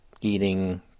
eating